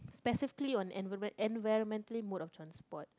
specifically on environ~ environmentally mode of transport